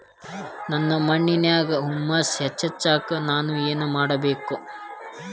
ನನ್ನ ಮಣ್ಣಿನ್ಯಾಗ್ ಹುಮ್ಯೂಸ್ ಹೆಚ್ಚಾಕ್ ನಾನ್ ಏನು ಮಾಡ್ಬೇಕ್?